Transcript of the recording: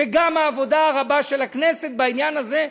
וגם העבודה הרבה של הכנסת בעניין הזה,